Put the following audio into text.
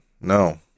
No